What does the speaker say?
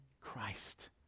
Christ